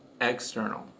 external